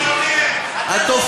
בבחירות.